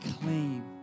clean